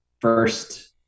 first